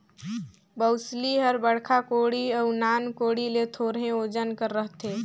बउसली हर बड़खा कोड़ी अउ नान कोड़ी ले थोरहे ओजन कर रहथे